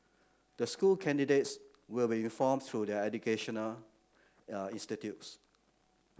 the school candidates will be informed through their educational institutes